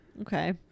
Okay